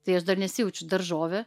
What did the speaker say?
tai aš dar nesijaučiu daržovė